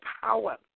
power